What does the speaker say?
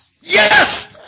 Yes